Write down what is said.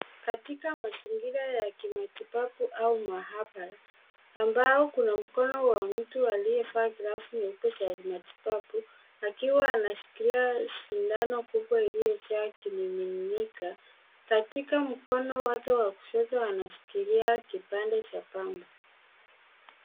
Katika mazingira ya kimatibabu au maabara ambao kuna mkono wa mtu uliovaa glavu za matibabu akiwa anashikilia sindano kubwa iliyojaa ikimiminika. Katika mkono wake wa kushoto anashikilia kipande cha pambana.